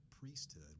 priesthood